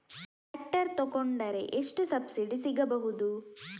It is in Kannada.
ಟ್ರ್ಯಾಕ್ಟರ್ ತೊಕೊಂಡರೆ ಎಷ್ಟು ಸಬ್ಸಿಡಿ ಸಿಗಬಹುದು?